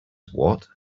what